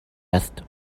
است